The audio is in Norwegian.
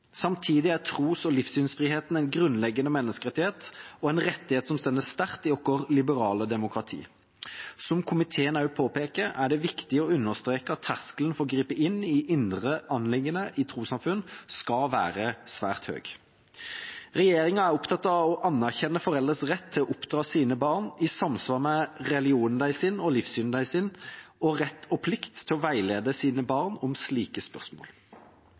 Samtidig er tros- og livssynsfriheten en grunnleggende menneskerettighet og en rettighet som står sterkt i vårt liberale demokrati. Som komiteen også påpeker, er det viktig å understreke at terskelen for å gripe inn i indre anliggender i trossamfunn skal være svært høy. Regjeringa er opptatt av å anerkjenne foreldres rett til å oppdra sine barn i samsvar med religionen og livssynet deres og rett og plikt til å veilede sine barn om slike spørsmål.